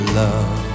love